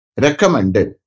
recommended